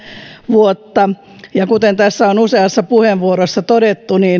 vuotta ja kuten tässä on useassa puheenvuorossa todettu